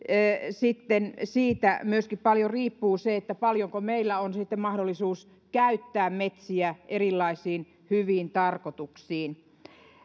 sitten siitä riippuu paljon myöskin se paljonko meillä on mahdollista käyttää metsiä erilaisiin hyviin tarkoituksiin